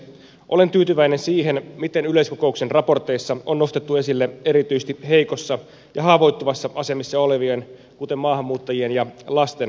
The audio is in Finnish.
olen tyytyväinen siihen miten yleiskokouksen raporteissa on nostettu erityisesti heikossa ja haavoittuvassa asemissa olevien kuten maahanmuuttajien ja lasten asema esille